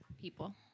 people